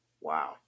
wow